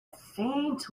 faint